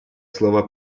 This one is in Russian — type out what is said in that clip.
слово